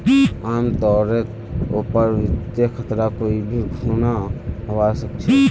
आमतौरेर पर वित्तीय खतरा कोई भी खुना हवा सकछे